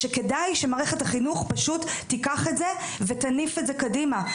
שכדאי שמערכת החינוך פשוט תיקח את זה ותניף את זה קדימה,